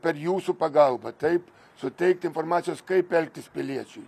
per jūsų pagalbą taip suteikt informacijos kaip elgtis piliečiui